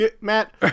matt